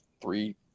three